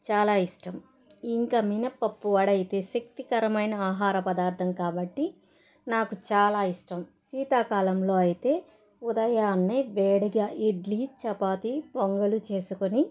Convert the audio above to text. చాలా ఇష్టం ఇంకా మినప్పప్పు వడ అయితే శక్తికరమైన ఆహార పదార్ధం కాబట్టి నాకు చాలా ఇష్టం శీతాకాలంలో అయితే ఉదయాన్నే వేడిగా ఇడ్లీ చపాతి పొంగలు చేసుకొని